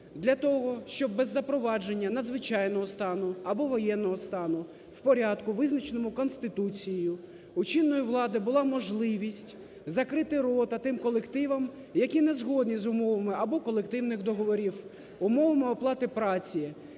Для того, щоб без запровадження надзвичайного стану або воєнного стану в порядку, визначеному Конституцією, у чинної влади була можливість "закрити рота" тим колективам, які не згоді з умовами або колективних договорів, умовами оплати праці,